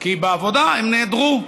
כי בעבודה הם נעדרו.